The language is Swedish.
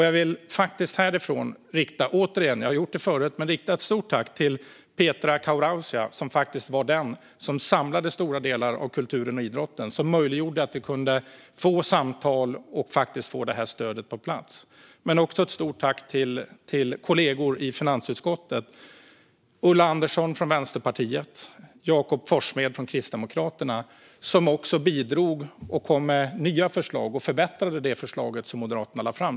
Jag vill härifrån återigen - jag har gjort det förut - rikta ett stort tack till Petra Kauraisa som faktiskt var den som samlade stora delar av kulturen och idrotten och möjliggjorde att vi kunde få till samtal och faktiskt få det här stödet på plats. Stort tack också till kollegor i finansutskottet: Ulla Andersson från Vänsterpartiet och Jakob Forssmed från Kristdemokraterna som också bidrog och kom med nya förslag och förbättrade förslaget som Moderaterna lade fram.